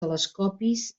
telescopis